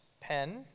pen